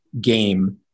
game